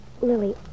Lily